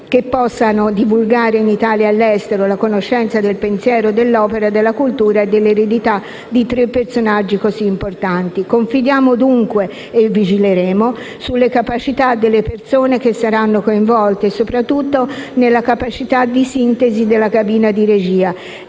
che possano divulgare in Italia e all'estero la conoscenza del pensiero, dell'opera, della cultura e dell'eredità di tre personaggi così importanti. Confidiamo dunque e vigileremo sulle capacità delle persone che saranno coinvolte e soprattutto confidiamo nella capacità di sintesi della cabina di regia